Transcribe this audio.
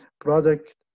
Product